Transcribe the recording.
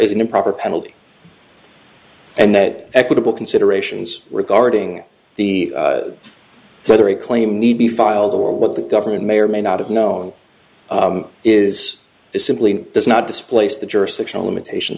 an improper penalty and that equitable considerations regarding the whether a claim need be filed or what the government may or may not have known is simply does not displace the jurisdictional limitations